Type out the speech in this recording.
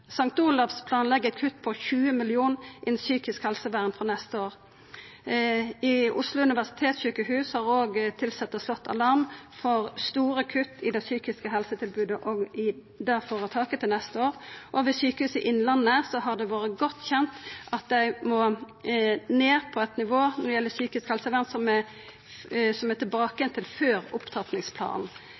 St. Olavs Hospital planlegg kutt på 20 mill. kr innan psykisk helsevern neste år. Ved Oslo universitetssykehus har tilsette slått alarm om store kutt i det psykiske helsetilbodet i dette føretaket neste år, og ved Sykehuset Innlandet har det vore godt kjent at dei må ned på eit nivå når det gjeld psykisk helsevern som er tilbake igjen til før